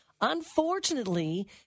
Unfortunately